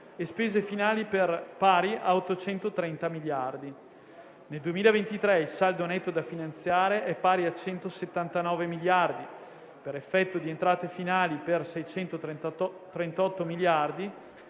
e spese finali pari a 830 miliardi. Nel 2023 il saldo netto da finanziare è pari a 179 miliardi per effetto di entrate finali per 638 miliardi